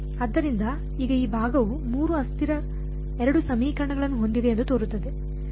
ಆದ್ದರಿಂದ ಈಗ ಈ ಭಾಗವು ಮೂರು ಅಸ್ಥಿರ ಎರಡು ಸಮೀಕರಣಗಳನ್ನು ಹೊಂದಿದೆ ಎಂದು ತೋರುತ್ತದೆ